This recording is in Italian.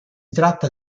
tratta